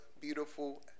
beautiful